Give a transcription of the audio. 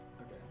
Okay